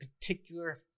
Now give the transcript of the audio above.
particular